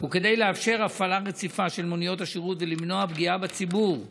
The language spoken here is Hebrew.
וכדי לאפשר הפעלה רציפה של מוניות השירות ולמנוע פגיעה בציבור הנוסעים,